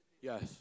Yes